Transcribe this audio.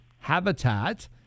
habitat